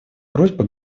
просьба